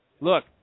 look